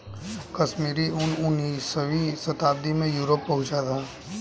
कश्मीरी ऊन उनीसवीं शताब्दी में यूरोप पहुंचा था